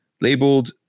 Labeled